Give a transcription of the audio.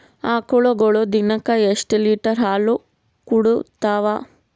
ಆಕಳುಗೊಳು ದಿನಕ್ಕ ಎಷ್ಟ ಲೀಟರ್ ಹಾಲ ಕುಡತಾವ?